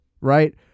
right